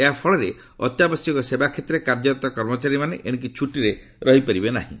ଏହା ଫଳରେ ଅତ୍ୟାବଶ୍ୟକୀୟ ସେବା କ୍ଷେତ୍ରରେ କାର୍ଯ୍ୟରତ କର୍ମଚାରୀମାନେ ଏଣିକି ଛୁଟିରେ ରହିପାରିବେ ନାହିଁ